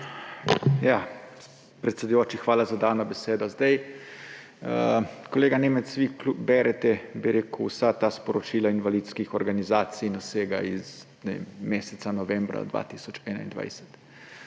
Predsedujoči, hvala za dano besedo. Kolega Nemec, vi berete vsa ta sporočila invalidskih organizacij in vsega iz meseca novembra 2021.